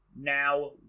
Now